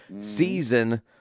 season